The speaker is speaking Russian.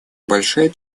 большая